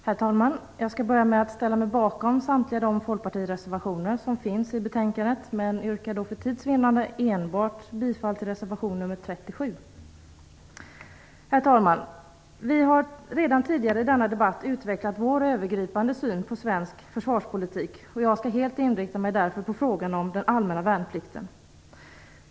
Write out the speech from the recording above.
Herr talman! Jag skall börja med att säga att jag ställer mig bakom samtliga de folkpartireservationer som finns i betänkandet men yrkar för tids vinnande bifall enbart till reservation 37. Herr talman! Vi har redan tidigare i denna debatt utvecklat vår övergripande syn på svensk försvarspolitik. Jag skall därför helt inrikta mig på frågan om den allmänna värnplikten.